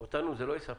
אותנו זה לא יספק.